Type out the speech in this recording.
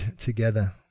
together